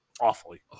awfully